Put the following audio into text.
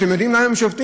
אתם יודעים למה הם שובתים?